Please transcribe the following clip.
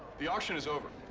the auction is over.